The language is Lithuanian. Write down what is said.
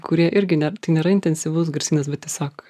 kurie irgi nėra intensyvus garsynas bet tiesiog